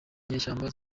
inyeshyamba